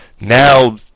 now